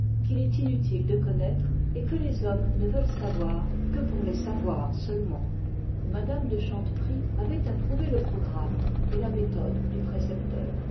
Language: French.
qu'il est inutile de connaître et que les hommes ne veulent savoir que pour les savoir seulement mme de chanteprie avait approuvé le programme et la méthode du précepteur